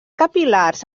capil·lars